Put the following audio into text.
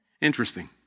Interesting